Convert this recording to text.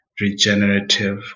regenerative